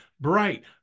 bright